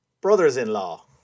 brothers-in-law